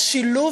השילוב,